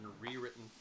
rewritten